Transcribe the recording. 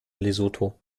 lesotho